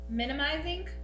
minimizing